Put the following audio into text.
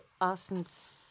Austin's